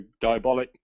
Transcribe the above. Diabolic